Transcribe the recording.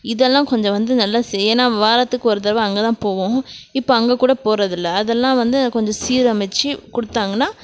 இதெலாம் கொஞ்சம் வந்து நல்ல ஏன்னா வாரத்துக்கு ஒரு தரவ அங்கேதான் போவோம் இப்போ அங்கே கூட போகிறதில்ல அதெலாம் வந்து கொஞ்சம் சீரமைச்சு கொடுத்தாங்கனா